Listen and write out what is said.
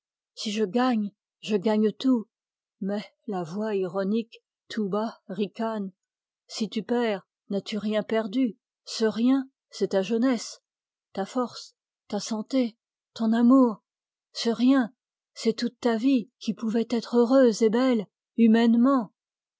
si je gagne je gagne tout mais la voix ironique tout bas ricane si tu perds n'as-tu rien perdu ce rien c'est ta jeunesse ta force ta santé ton amour ce rien c'est toute ta vie qui pouvait être heureuse et belle humainement